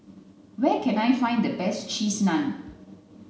where can I find the best cheese Naan